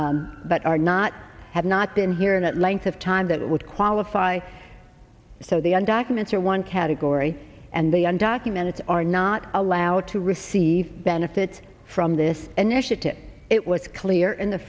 but are not have not been here and at length of time that would qualify so the un documents are one category and the undocumented are not allowed to receive benefits from this initiative it was clear in the